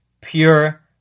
pure